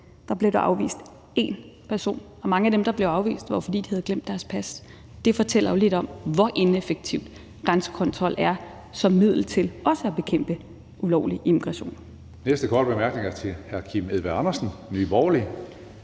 blev der afvist én person, og mange af dem, der blev afvist, blev afvist, fordi de havde glemt deres pas. Det fortæller jo lidt om, hvor ineffektiv grænsekontrol er som middel til også at bekæmpe ulovlig immigration.